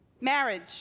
marriage